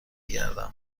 گردم